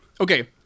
Okay